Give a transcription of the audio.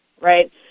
right